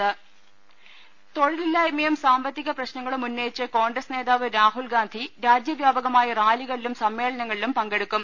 ദേദ തൊഴിലില്ലായ്മയും സാമ്പത്തിക പ്രശ്നങ്ങളും ഉന്നയിച്ച് കോൺഗ്രസ് നേതാവ് രാഹുൽഗാന്ധി രാജ്യവ്യാപകമായി റാലികളിലും സമ്മേളനങ്ങളിലും പങ്കെടുക്കും